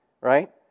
Right